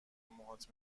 موهات